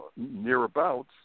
nearabouts